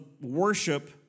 worship